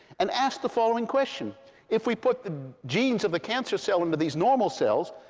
and ask the following question if we put the genes of the cancer cell into these normal cells,